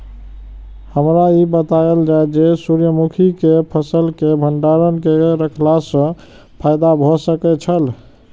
हमरा ई बतायल जाए जे सूर्य मुखी केय फसल केय भंडारण केय के रखला सं फायदा भ सकेय छल?